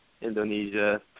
Indonesia